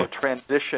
transition